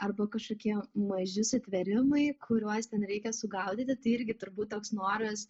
arba kažkokie maži sutvėrimai kuriuos ten reikia sugaudyti tai irgi turbūt toks noras